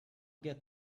get